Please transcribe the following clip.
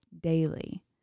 daily